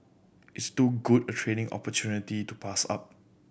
it's too good a training opportunity to pass up